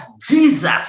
Jesus